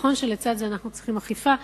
נכון שלצד זה אנחנו צריכים אכיפה,